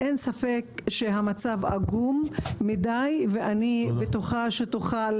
אין ספק שהמצב עגום מדי, ואני בטוחה שתוכל